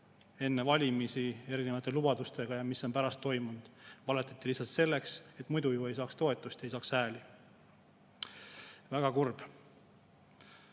enne valimisi ja mis on pärast toimunud. Valetati lihtsalt selleks, et muidu ju ei saaks toetust, ei saaks hääli. Väga kurb.